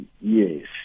Yes